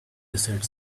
desert